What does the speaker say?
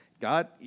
God